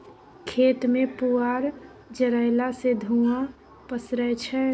खेत मे पुआर जरएला सँ धुंआ पसरय छै